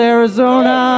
Arizona